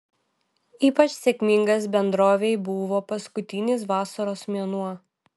ypač sėkmingas bendrovei buvo paskutinis vasaros mėnuo